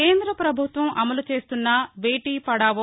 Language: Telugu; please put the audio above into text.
కేంద ప్రభుత్వం అమలు చేస్తున్న బేటీ పడావో